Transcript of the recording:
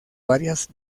varias